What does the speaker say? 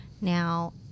Now